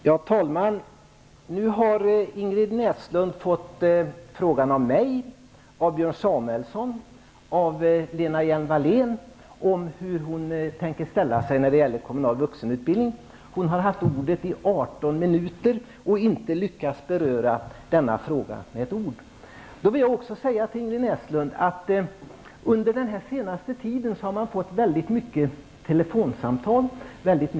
Herr talman! Ingrid Näslund har nu fått frågan av mig, Björn Samuelson och av Lena Hjelm-Wallén om hur hon ställer sig när det gäller kommunal vuxenutbildning. Ingrid Näslund har haft ordet i 18 minuter, men hon har inte med ett ord lyckats beröra denna fråga. Under den senaste tiden har det kommit väldigt många telefonsamtal och brev.